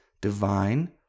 divine